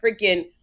freaking